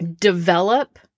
develop